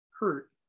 hurt